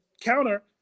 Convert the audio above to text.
counter